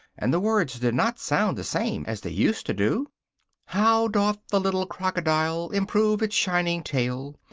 and the words did not sound the same as they used to do how doth the little crocodile improve its shining tail,